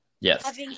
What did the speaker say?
Yes